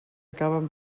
acaben